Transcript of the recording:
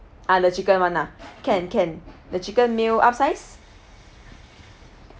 ah the chicken one ah can can the chicken meal upsize